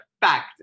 Fact